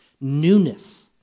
newness